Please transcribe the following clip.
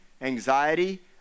anxiety